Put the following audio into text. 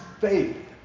faith